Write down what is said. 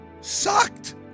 sucked